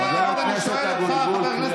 אין לך רבנים.